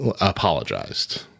apologized